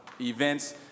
events